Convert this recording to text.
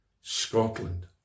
Scotland